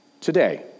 today